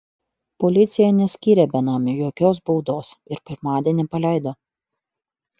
policija neskyrė benamiui jokios baudos ir pirmadienį paleido